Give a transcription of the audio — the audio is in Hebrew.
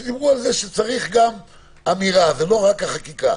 שדיברו על זה שצריך גם אמירה, זו לא רק החקיקה.